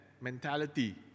mentality